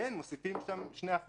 כן מוסיפים שם 2%,